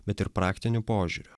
bet ir praktiniu požiūriu